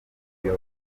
iyo